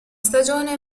stagione